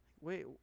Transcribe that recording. Wait